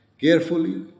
carefully